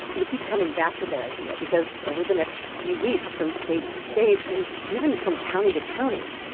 and we keep coming back to that idea because over the next few weeks, from state to state and even from county to county,